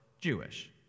Jewish